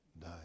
die